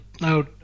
No